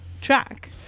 track